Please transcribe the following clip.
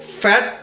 fat